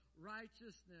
righteousness